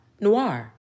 Noir